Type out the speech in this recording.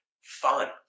fun